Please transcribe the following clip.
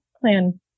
plan